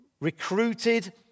recruited